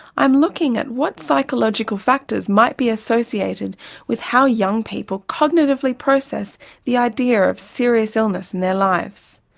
i'm looking at what psychological factors might be associated with how young people cognitively process the idea of serious illness in their lives.